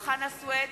חנא סוייד,